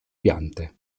piante